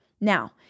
Now